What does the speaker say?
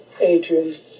Adrian